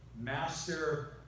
master